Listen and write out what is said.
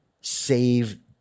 Save